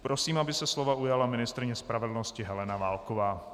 Prosím, aby se slova ujala ministryně spravedlnosti Helena Válková.